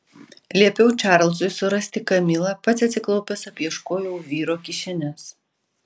liepiau čarlzui surasti kamilą pats atsiklaupęs apieškojau vyro kišenes